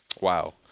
Wow